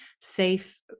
safe